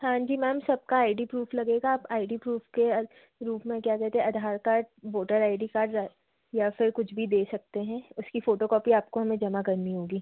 हाँ जी मैम सबकी आई डी प्रूफ़ लगेगा आप आई डी प्रूफ़ के रूप में क्या क्या देते हैं Aadhaar card voter I D card जा या फिर कुछ भी दे सकते हैं उसकी फ़ोटोकॉपी आपको हमें जमा करनी होगी